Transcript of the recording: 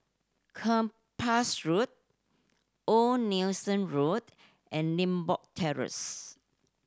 Kempas Road Old Nelson Road and Limbok Terrace